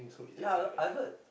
ya I I heard